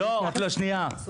לא, רגע, דקה.